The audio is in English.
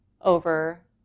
over